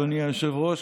אדוני היושב-ראש,